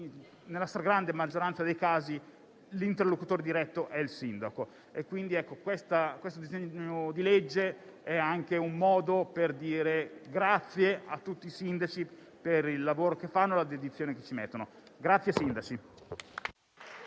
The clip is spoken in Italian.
nella stragrande maggioranza dei casi l'interlocutore diretto è il sindaco. Questo disegno di legge è anche un modo per dire grazie a tutti i sindaci per il lavoro che fanno e per la dedizione che ci mettono. Grazie, sindaci.